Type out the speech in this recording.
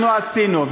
אנחנו עשינו.